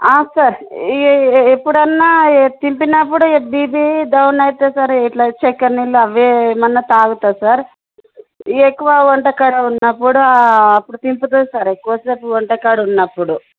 sir ఏ ఎప్పుడన్నా తిప్పినప్పుడు బీపీ డౌన్ అవుతుంది సార్ ఇట్ల చక్కెర నీళ్ళు అవే ఏమన్నా తాగుతా సార్ ఎక్కువ వంట కాడ ఉన్నప్పుడు అప్పుడు తిప్పుతుంది సార్ ఎక్కువ సేపు వంట కాడున్నప్పుడు